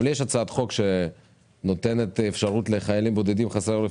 גם לי יש הצעת חוק שנותנת אפשרות לחיילים בודדים חסרי עורף